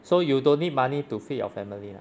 so you don't need money to feed your family lah